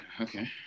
okay